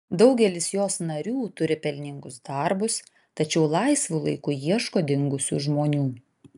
daugelis jos narių turi pelningus darbus tačiau laisvu laiku ieško dingusių žmonių